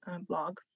blog